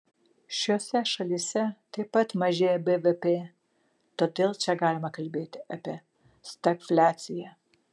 šiose šalyse taip pat mažėja bvp todėl čia galima kalbėti apie stagfliaciją